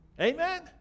Amen